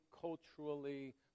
culturally